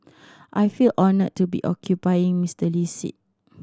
I feel honoured to be occupying Mister Lee's seat